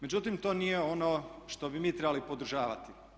Međutim, to nije ono što bi mi trebali podržavati.